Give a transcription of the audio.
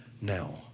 now